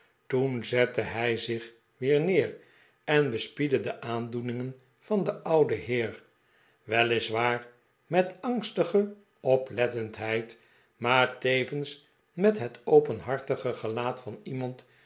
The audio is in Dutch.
toen zette hij zich weer neer en bespiedde de aandoeningen van den ouden heer wel is waar met angstige oplettendheid maar tevens met het openhartige gelaat van iemand